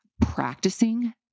practicing